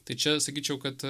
tai čia sakyčiau kad